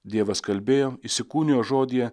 dievas kalbėjome įsikūnijo žodyje